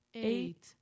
Eight